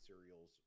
cereals